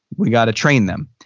we gotta train them.